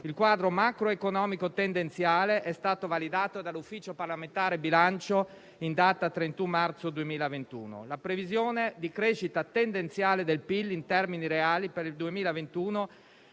Il quadro macroeconomico tendenziale è stato validato dall'Ufficio parlamentare di bilancio in data 31 marzo 2021. La previsione di crescita tendenziale del PIL in termini reali per il 2021